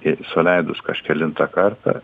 ir suleidus kažkelintą kartą